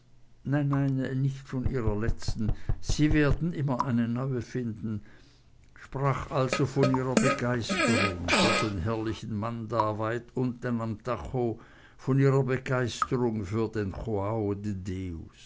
nicht von ihrer letzten sie werden immer eine neue finden sprach also von ihrer begeisterung für den herrlichen mann da weit unten am tajo von ihrer begeisterung für den